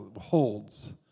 holds